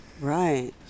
right